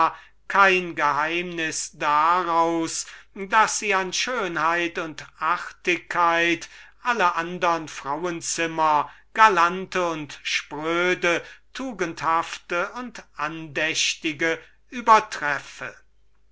kein geheimnis daraus daß sie ihrem urteil nach an schönheit und artigkeit alle andre frauenzimmer galante und spröde tugendhafte und andächtige übertreffe